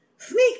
Sneak